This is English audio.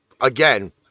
Again